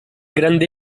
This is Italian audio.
grande